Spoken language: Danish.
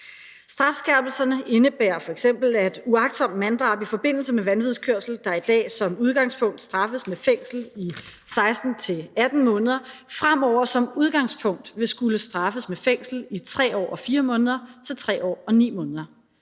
Strafskærpelserne indebærer f.eks., at uagtsomt manddrab i forbindelse med vanvidskørsel, der i dag som udgangspunkt straffes med fængsel i 16-18 måneder, fremover som udgangspunkt vil skulle straffes med fængsel fra 3 år og 4 måneder til 3 år og 9 måneder.